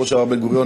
כמו שאמר בן-גוריון,